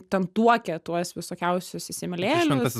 ten tuokė tuos visokiausius įsimylėjėlius